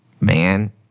man